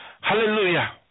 Hallelujah